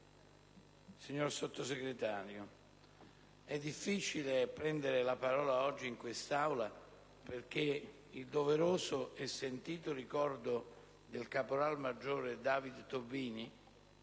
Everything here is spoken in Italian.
signor Sottosegretario, è difficile prendere la parola oggi in quest'Aula, perché il doveroso e sentito ricordo del caporalaggiore David Tobini,